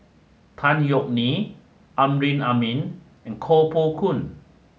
Tan Yeok Nee Amrin Amin and Koh Poh Koon